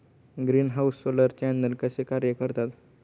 Greenhouse solar channel कसे कार्य करतात?